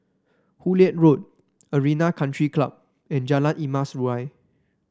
Hullet Road Arena Country Club and Jalan Emas Urai